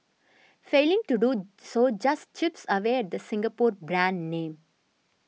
failing to do so just chips away the Singapore brand name